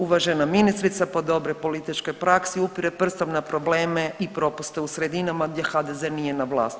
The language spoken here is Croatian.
Uvažena ministrica po dobroj političkoj praksi upire prstom na probleme i propuste u sredinama gdje HDZ nije na vlasti.